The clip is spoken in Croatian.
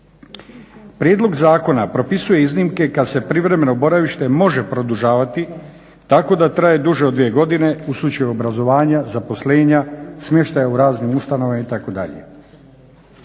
Prijedlog zakona propisuje iznimke kad se privremeno boravište može produžavati tako da traje duže od dvije godine u slučaju obrazovanja, zaposlenja, smještaja u raznim ustanovama itd.